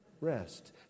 Rest